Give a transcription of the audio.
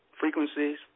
Frequencies